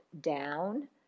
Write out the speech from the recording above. down